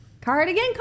Cardigan